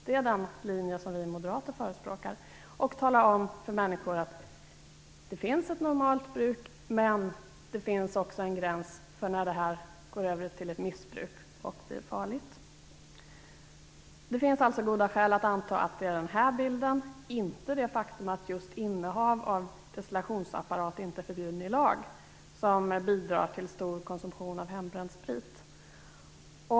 Det är den linje som vi moderater förespråkar. Man måste tala om för människor att det finns ett normalt bruk, men det finns också en gräns för när det går över till missbruk och blir farligt. Det finns alltså goda skäl att anta att det är den här bilden, inte det faktum att just innehav av destillationsapparat inte är förbjuden i lag, som bidrar till en stor konsumtion av hembränd sprit.